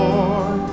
Lord